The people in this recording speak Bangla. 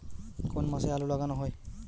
কোন মাসে আলু লাগানো হয়?